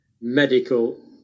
Medical